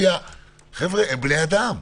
חבר'ה, הם בני אדם.